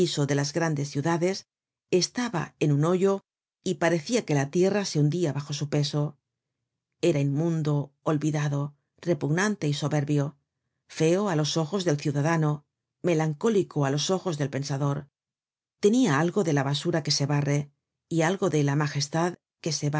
de las grandes ciudades estaba en un hoyo y parecia que la tierra se hundia bajo su peso era inmundo olvidado repugnante y soberbio feo á los ojos del ciudadano melancólico á los ojos del pensador tenia algo de la basura que se barre y algo de la magestad que se